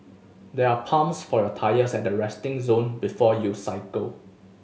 there are pumps for your tyres at the resting zone before you cycle